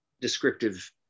descriptive